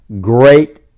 Great